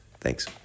Thanks